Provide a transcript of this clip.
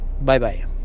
bye-bye